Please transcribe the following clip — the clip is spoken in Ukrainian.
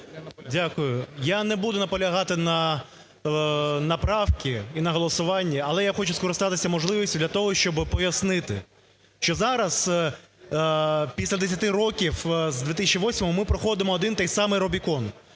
Дякую. Я не буду наполягати на правці і на голосуванні, але я хочу скористатися можливістю для того, щоб пояснити, що зараз, після 10 років, з 2008-го ми проходимо один і той самий рубікон.